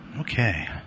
Okay